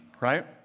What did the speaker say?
right